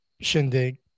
shindig